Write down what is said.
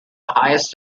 highest